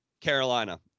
Carolina